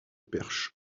perche